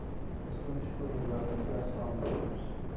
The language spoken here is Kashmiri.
أسۍ چھِ تُہُند شُکُر گُزار ادٕ کیاہ اَسلام علیکُم